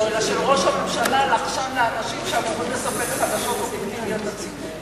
שראש הממשלה לחשן לאנשים שאמורים לספק חדשות אובייקטיביות לציבור.